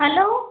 hello